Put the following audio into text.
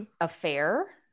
affair